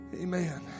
amen